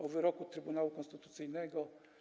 o wyroku Trybunału Konstytucyjnego.